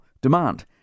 demand